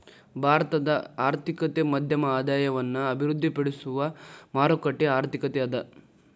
ಭಾರತದ ಆರ್ಥಿಕತೆ ಮಧ್ಯಮ ಆದಾಯವನ್ನ ಅಭಿವೃದ್ಧಿಪಡಿಸುವ ಮಾರುಕಟ್ಟೆ ಆರ್ಥಿಕತೆ ಅದ